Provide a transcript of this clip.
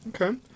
Okay